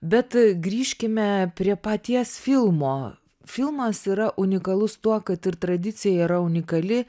bet grįžkime prie paties filmo filmas yra unikalus tuo kad ir tradicija yra unikali